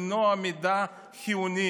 למנוע מידע חיוני